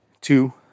two